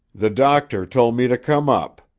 the doctor told me to come up,